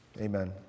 Amen